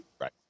right